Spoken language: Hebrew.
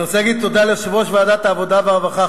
אני רוצה להגיד תודה ליושב-ראש ועדת העבודה והרווחה,